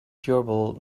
durable